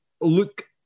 look